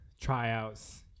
tryouts